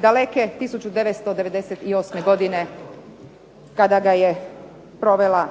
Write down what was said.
daleke 1998. godine kada ga je proveo